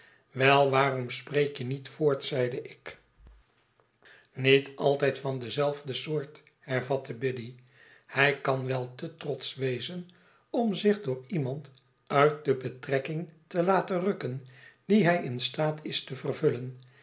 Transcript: wel waarom spreek je niet voort zeide ik niet altijd van dezelfde soort hervatte biddy hij kan wel te trotsch wezen om zich door iemand uit de betrekking te laten rukken die hij in staat is te vervullen